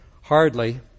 Hardly